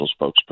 spokesperson